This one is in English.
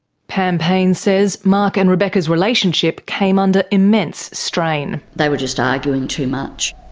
pam payne says mark and rebecca's relationship came under immense strain. they were just arguing too much.